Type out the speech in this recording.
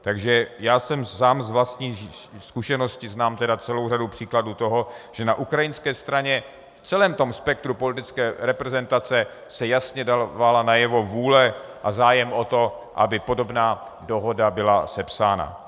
Takže já sám z vlastní zkušenosti znám celou řadu příkladů toho, že na ukrajinské straně v celém tom spektru politické reprezentace se jasně dala najevo vůle a zájem o to, aby podobná dohoda byla sepsána.